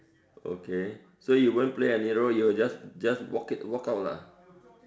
okay so you won't play any role you will just just walk it walk out lah